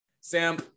Sam